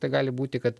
tai gali būti kad